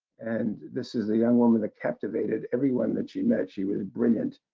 and this is the young woman that captivated everyone that she met. she was brilliant.